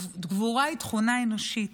גבורה היא תכונה אנושית.